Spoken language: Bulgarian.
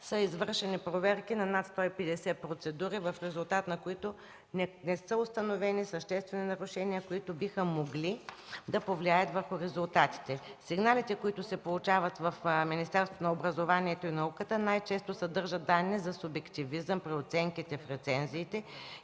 са извършени проверки на над 150 процедури, в резултат на които не са установени съществени нарушения, които биха могли да повлияят върху резултатите. Сигналите, които се получават в Министерството на образованието и науката, най-често съдържат данни за субективизъм при оценките в рецензиите